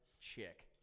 Chick